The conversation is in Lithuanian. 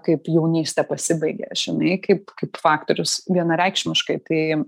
kaip jaunystė pasibaigė žinai kaip kaip faktorius vienareikšmiškai tai